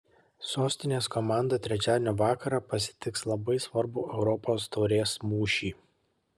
sostinės komanda trečiadienio vakarą pasitiks labai svarbų europos taurės mūšį